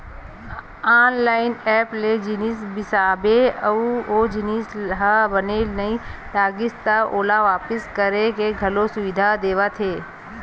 online app ले जिनिस बिसाबे अउ ओ जिनिस ह बने नइ लागिस त ओला वापिस करे के घलो सुबिधा देवत हे